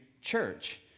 church